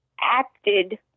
acted